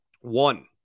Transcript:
One